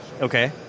okay